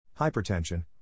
Hypertension